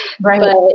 right